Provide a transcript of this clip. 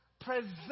present